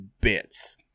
bits